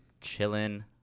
Chilling